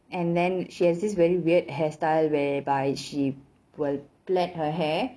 and then she has this very weird hairstyle whereby she will plait her hair